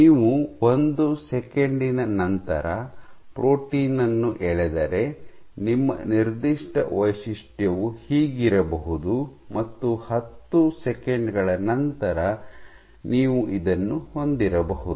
ನೀವು ಒಂದು ಸೆಕೆಂಡಿನ ನಂತರ ಪ್ರೋಟೀನ್ ಅನ್ನು ಎಳೆದರೆ ನಿಮ್ಮ ನಿರ್ದಿಷ್ಟ ವೈಶಿಷ್ಟ್ಯವು ಹೀಗಿರಬಹುದು ಮತ್ತು ಹತ್ತು ಸೆಕೆಂಡು ಗಳ ನಂತರ ನೀವು ಇದನ್ನು ಹೊಂದಿರಬಹುದು